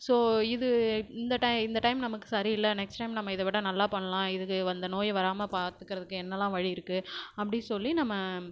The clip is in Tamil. ஸோ இது இந்த டைம் இந்த டைம் நமக்கு சரி இல்லை நெக்ஸ்ட் டைம் நம்ம இதைவிட நல்லா பண்ணலாம் இதுக்கு வந்த இந்த நோயை வராமல் பாத்துக்கிறதுக்கு என்னெல்லாம் வழி இருக்கு அப்படி சொல்லி நம்ம